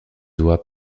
doigts